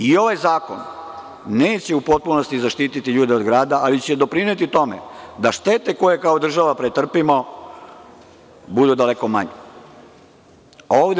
Ovaj zakon neće u potpunosti zaštiti ljude od grada, ali će doprineti tome da štete koje kao država pretrpimo budu daleko manje.